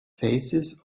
faces